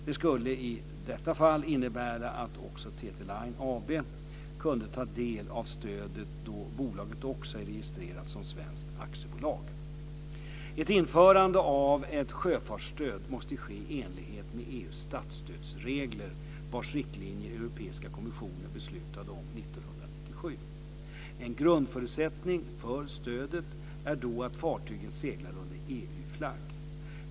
Det skulle i detta fall innebära att också TT Line AB kunde ta del av stödet, då bolaget också är registrerat som svenskt aktiebolag. Ett införande av ett sjöfartsstöd måste ske i enlighet med EU:s statsstödsregler, vars riktlinjer Europeiska kommissionen beslutade om 1997. En grundförutsättning för stödet är då att fartygen seglar under EU-flagg.